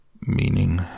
Meaning